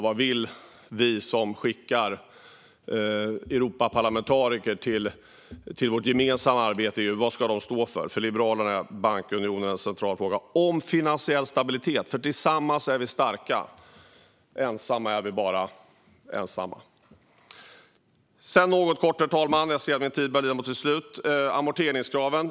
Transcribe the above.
Vad vill vi som skickar Europaparlamentariker till vårt gemensamma arbete i EU? Vad ska de stå för? För Liberalerna är bankunionen en central fråga när det gäller finansiell stabilitet. Tillsammans är vi nämligen starka, men ensamma är vi bara ensamma. Jag ser att min talartid börjar lida mot sitt slut, herr talman, men jag ska säga något kort om amorteringskraven.